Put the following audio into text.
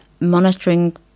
monitoring